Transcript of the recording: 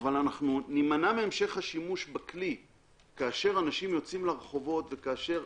אבל אנחנו נימנע מהמשך השימוש בכלי כאשר אנשים יוצאים לרחובות וכאשר